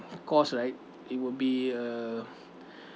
cost right it will be a